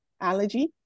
allergy